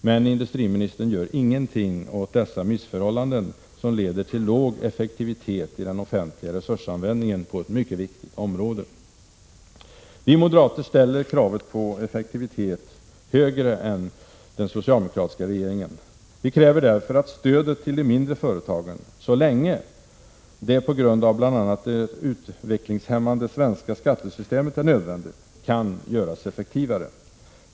Men industriministern gör ingenting åt dessa missförhållanden, som leder till låg effektivitet i den offentliga resursanvändningen på ett mycket viktigt område. Vi moderater ställer kravet på effektivitet högre än vad den socialdemokratiska regeringen gör. Vi kräver därför att stödet till de mindre företagen, så länge det på grund av bl.a. det utvecklingshämmande svenska skattesystemet är nödvändigt, kan göras effektivare.